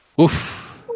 Oof